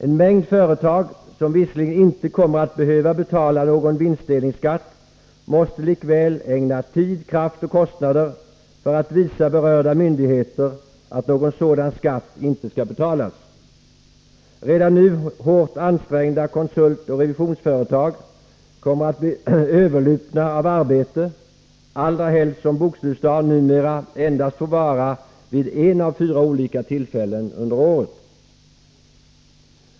En mängd företag som visserligen inte kommer att behöva betala någon vinstdelningsskatt måste likväl ägna tid, kraft och kostnader till att visa berörda myndigheter att någon sådan skatt inte skall betalas. Redan nu hårt ansträngda konsultoch revisionsföretag kommer att bli överlupna av arbete, allra helst som man som bokslutsdag numera får välja en av endast fyra möjliga under året.